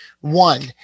One